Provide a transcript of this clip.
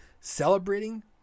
celebrating